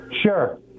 Sure